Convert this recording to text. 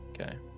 Okay